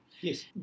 Yes